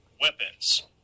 weapons